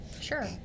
Sure